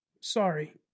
Sorry